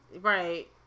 Right